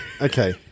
Okay